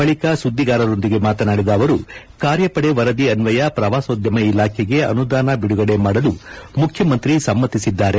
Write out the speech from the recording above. ಬಳಕ ಸುದ್ದಿಗಾರರೊಂದಿಗೆ ಮಾತನಾಡಿದ ಅವರು ಕಾರ್ಯಪಡೆ ವರದಿ ಅನ್ವಯ ಪ್ರವಾಸೋದ್ಯಮ ಇಲಾಖೆಗೆ ಅನುದಾನ ಬಿಡುಗಡೆ ಮಾಡಲು ಮುಖ್ಯಮಂತ್ರಿ ಸಮ್ಯತಿಸಿದ್ದಾರೆ